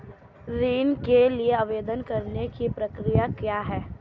ऋण के लिए आवेदन करने की प्रक्रिया क्या है?